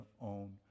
own